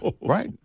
right